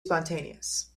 spontaneous